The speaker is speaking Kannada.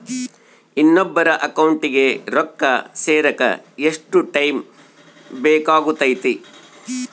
ಇನ್ನೊಬ್ಬರ ಅಕೌಂಟಿಗೆ ರೊಕ್ಕ ಸೇರಕ ಎಷ್ಟು ಟೈಮ್ ಬೇಕಾಗುತೈತಿ?